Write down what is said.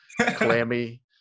clammy